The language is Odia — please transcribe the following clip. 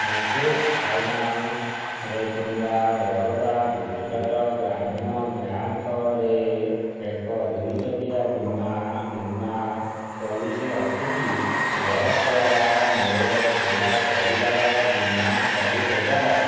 ମୁଥୁଟ୍ ଫାଇନାନ୍ସ୍ରେ କିମ୍ବା ବରୋଦା ଗୁଜୁରାଟ ଗ୍ରାମୀଣ ବ୍ୟାଙ୍କ୍ରେ ଏକ ଦୁଇ ଚକିଆ ବୀମା ବୀମା ପଲିସି ଅଛି କି ଯଦ୍ଵାରା ମୋର ପୁରା ପରିବାର ବୀମା କରିହେବ